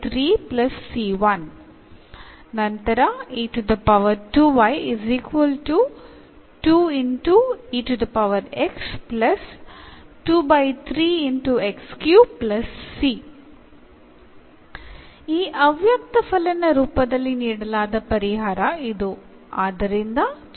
ഇവിടെ നമുക്ക് നൽകിയിരിക്കുന്ന ഈ ഡിഫറൻഷ്യൽ സമവാക്യത്തിനെ ഇൻറെഗ്രേറ്റ് ചെയ്തു സൊലൂഷൻ കണ്ടെത്തുന്നത് എളുപ്പമായിരുന്നു